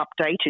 updated